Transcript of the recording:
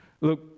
look